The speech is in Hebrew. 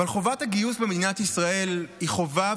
אבל חובת הגיוס במדינת ישראל היא חובה,